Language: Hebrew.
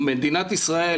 מדינת ישראל,